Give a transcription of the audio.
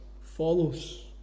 follows